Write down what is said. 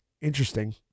Interesting